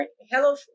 Hello